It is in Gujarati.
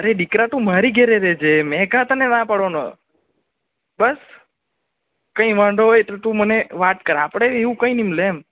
અરે દીકરા તું મારી ઘરે રહેજે મેં કા તને ના પાડવાનો બસ કઈ વાંધો હોય તો તું મને વાત કર આપણે એવું કઈ નહીં મેં